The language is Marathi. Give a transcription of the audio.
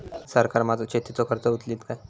सरकार माझो शेतीचो खर्च उचलीत काय?